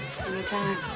Anytime